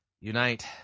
unite